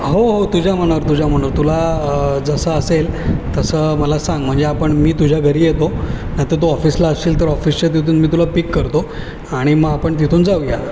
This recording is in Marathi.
हो हो तुझ्या मनावर तुझ्या मनानर तुला जसं असेल तसं मला सांग म्हणजे आपण मी तुझ्या घरी येतो नाहीतर तू ऑफिसला असशील तर ऑफिसच्या तिथून मी तुला पिक करतो आणि मग आपण तिथून जाऊ या